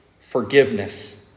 forgiveness